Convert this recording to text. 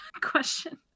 question